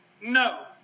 No